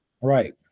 Right